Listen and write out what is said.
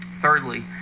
Thirdly